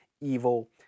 evil